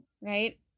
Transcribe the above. right